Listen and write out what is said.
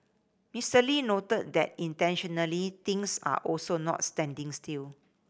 Mister Lee noted that intentionally things are also not standing still